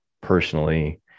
personally